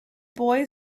boy